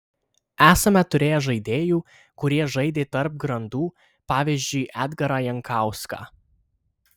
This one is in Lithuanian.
esame turėję žaidėjų kurie žaidė tarp grandų pavyzdžiui edgarą jankauską